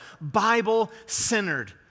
Bible-centered